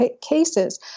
cases